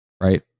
Right